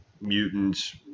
mutants